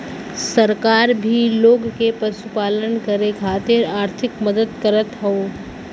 सरकार भी लोग के पशुपालन करे खातिर आर्थिक मदद करत हौ